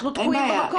אנחנו תקועים במקום.